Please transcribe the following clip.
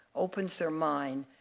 opens their minds,